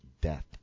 death